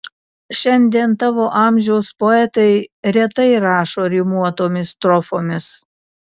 šiandien tavo amžiaus poetai retai rašo rimuotomis strofomis